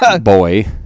boy